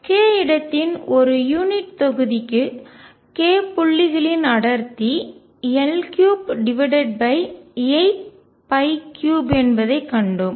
k இடத்தின் ஒரு unit தொகுதிக்கு k புள்ளிகளின் அடர்த்தி L383 என்பதைக் கண்டோம்